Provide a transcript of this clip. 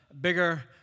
bigger